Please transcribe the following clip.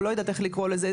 או לא יודעת איך לקרוא לזה,